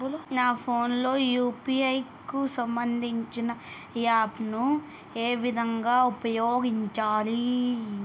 నా ఫోన్ లో యూ.పీ.ఐ కి సంబందించిన యాప్ ను ఏ విధంగా ఉపయోగించాలి?